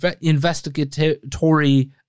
investigatory